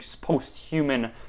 post-human